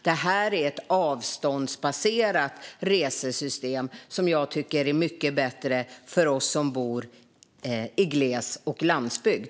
Det nya är ett avståndsbaserat avdrag, vilket är mycket bättre för oss som bor i gles och landsbygd.